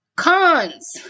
cons